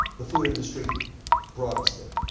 the food industry brought us there.